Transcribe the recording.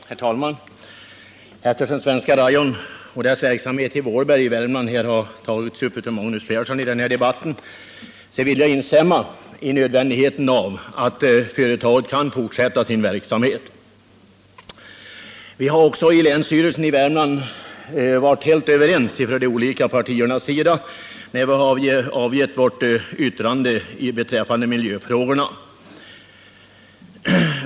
Herr talman! Eftersom Svenska Rayon och dess verksamhet i Vålberg i Värmland har tagits upp till diskussion i denna debatt vill jag instämma i vad som sagts om nödvändigheten av att företaget kan fortsätta sin verksamhet. I länsstyrelsen har vi också varit helt överens från de olika partiernas sida när vi avgivit vårt yttrande beträffande miljöfrågorna.